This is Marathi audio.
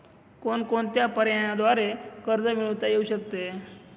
कोणकोणत्या पर्यायांद्वारे कर्ज मिळविता येऊ शकते?